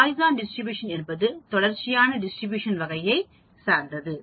Poisson distribution என்பது தொடர்ச்சியான distribution வகையை சார்ந்தது இவற்றைப் பற்றி அறியலாம்